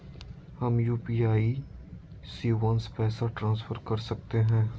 हम यू.पी.आई शिवांश पैसा ट्रांसफर कर सकते हैं?